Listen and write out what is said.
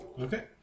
Okay